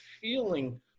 feeling